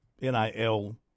NIL